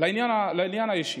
לעניין האישי,